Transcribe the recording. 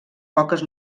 poques